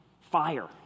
fire